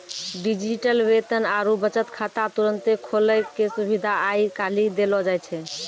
digital वेतन आरु बचत खाता तुरन्ते खोलै के सुविधा आइ काल्हि देलो जाय छै